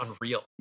unreal